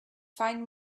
find